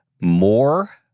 more